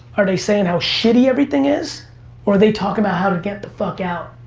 are they saying how shitty everything is or are they talking about how to get the fuck out.